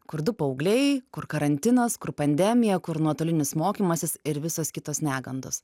kur du paaugliai kur karantinas kur pandemija kur nuotolinis mokymasis ir visos kitos negandos